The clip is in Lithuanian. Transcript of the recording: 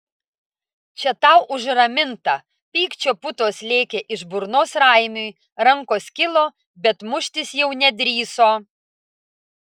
čia tau už ramintą pykčio putos lėkė iš burnos raimiui rankos kilo bet muštis jau nedrįso